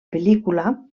pel·lícula